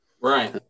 Right